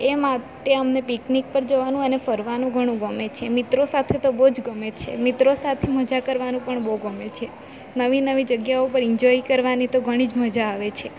એ માટે અમને પિકનિક પર જવાનું અને ફરવાનું ઘણું ગમે છે મિત્રો સાથે તો બહુ જ ગમે છે મિત્રો સાથે મજા કરવાનું પણ બહુ ગમે છે નવી નવી જગ્યા ઉપર એન્જોય કરવાની તો ઘણી જ મજા આવે છે